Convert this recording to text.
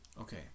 Okay